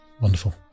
Wonderful